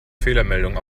fehlermeldung